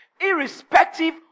Irrespective